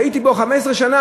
הייתי בו 15 שנה.